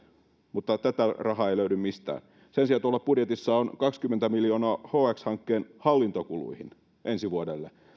mutta tätä rahaa ei löydy mistään sen sijaan tuolla budjetissa on kaksikymmentä miljoonaa hx hankkeen hallintokuluihin ensi vuodelle